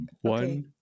One